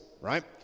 right